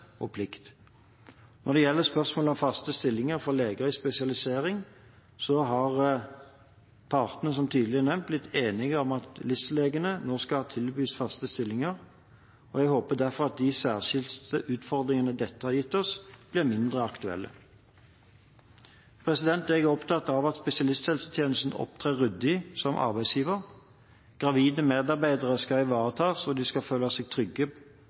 og -plikt. Når det gjelder spørsmålet om faste stillinger for leger i spesialisering, har partene som tidligere nevnt, blitt enige om at LIS-legene nå skal tilbys faste stillinger. Jeg håper derfor at de særskilte utfordringene dette har gitt oss, blir mindre aktuelle. Jeg er opptatt av at spesialisthelsetjenesten opptrer ryddig som arbeidsgiver. Gravide medarbeidere skal ivaretas, og de skal føle seg trygge